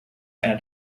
einer